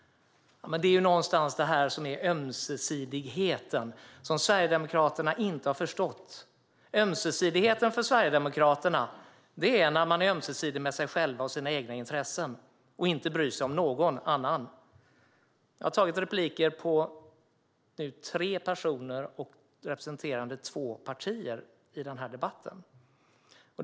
Men det här är den ömsesidighet som Sverigedemokraterna inte har förstått. Ömsesidigheten för Sverigedemokraterna är när man är ömsesidig med sig själv och sina egna intressen och inte bryr sig om någon annan. Jag har i den här debatten tagit repliker på tre personer representerande två partier, Vänstern och Sverigedemokraterna.